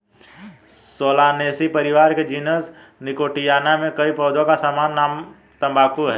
Solanaceae परिवार के genus Nicotiana में कई पौधों का सामान्य नाम तंबाकू है